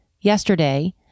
yesterday